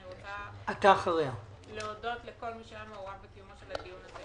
אני רוצה להודות לכל מי שהיה מעורב בקיומו של הדיון הזה.